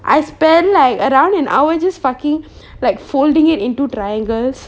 I spend like around an hour just fucking like folding it into triangles